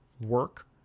work